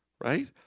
Right